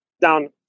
down